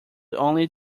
only